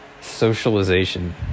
socialization